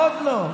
עוד לא.